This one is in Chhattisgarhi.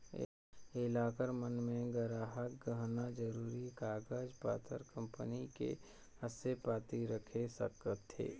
ये लॉकर मन मे गराहक गहना, जरूरी कागज पतर, कंपनी के असे पाती रख सकथें